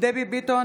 דבי ביטון,